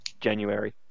January